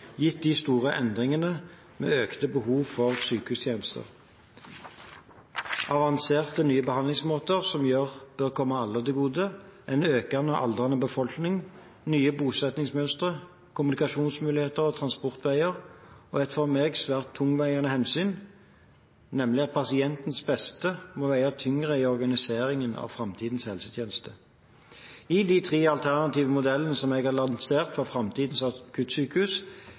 gitt de store endringene med økte behov for sykehustjenester, avanserte nye behandlingsmåter som bør komme alle til gode, en økende og aldrende befolkning, nye bosettingsmønstre, kommunikasjonsmuligheter og transportveier, og et for meg svært tungtveiende hensyn, nemlig at pasientens beste må veie tyngre i organiseringen av framtidens helsetjeneste. I de tre alternative modellene jeg har lansert for framtidens akuttsykehus,